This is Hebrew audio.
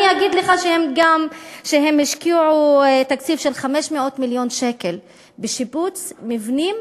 אני אגיד לך שהם השקיעו תקציב של 500 מיליון שקלים בשיפוץ מבנים